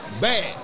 bad